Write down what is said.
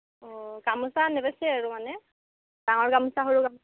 অ' গামোচা নেবেচে আৰু মানে ডাঙৰ গামোচা সৰু গামোচা